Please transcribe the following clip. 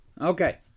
okay